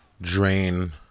drain